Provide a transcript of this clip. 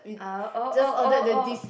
ah oh oh oh oh